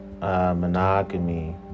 monogamy